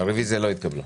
הצבעה